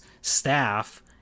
staff